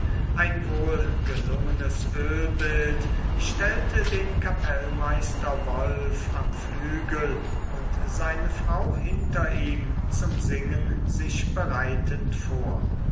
ein wohlgelungenes ölbild stellte den kapellmeister wolf am flügel und seine frau hinter ihm zum singen sich bereitend vor